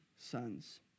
sons